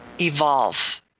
evolve